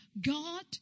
God